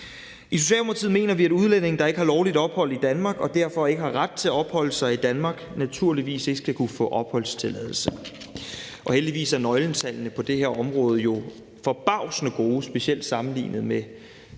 I Socialdemokratiet mener vi, at udlændinge, der ikke har lovligt ophold i Danmark og derfor ikke har ret til at opholde sig i Danmark, naturligvis ikke skal kunne få opholdstilladelse, og heldigvis er nøgletallene på det her område jo forbavsende gode, specielt sammenlignet med dem, der